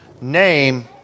name